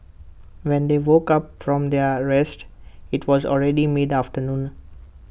when they woke up from their rest IT was already mid afternoon